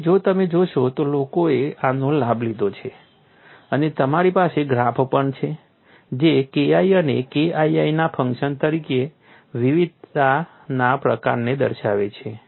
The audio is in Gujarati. અને જો તમે જોશો તો લોકોએ આનો લાભ લીધો છે અને તમારી પાસે ગ્રાફ પણ છે જે KI અને KII ના ફંક્શન તરીકે વિવિધતાના પ્રકારને દર્શાવે છે